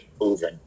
moving